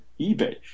eBay